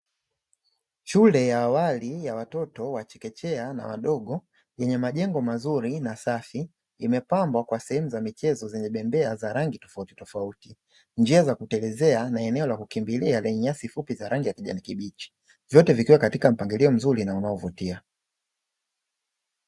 Shule ya awali ya watoto wa chekechea na wadogo, yenye majengo mazuri na safi, imepambwa kwa sehemu za michezo zenye bembea za rangi tofautitofauti, njia za kutelezea na eneo la kukimbilia lenye nyasi fupi za rangi ya kijani kibichi. Vyote vikiwa katika mpangilio mzuri na unaovutia.